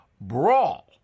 brawl